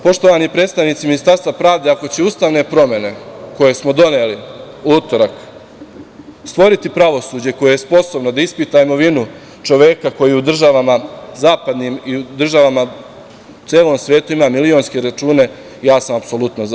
Poštovani predstavnici Ministarstva pravde ako će ustavne promene koje smo doneli u utorak stvoriti pravosuđe koje je sposobno da ispita imovinu čoveka koji u zapadnim državama i u državama u celom svetu ima milionske račune, ja sam apsolutno za.